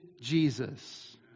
Jesus